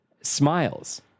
smiles